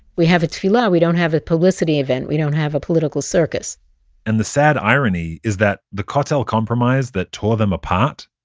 we have a tefillah, we don't have a publicity event. we don't have a political circus and the sad irony is that the kotel compromise that tore them apart?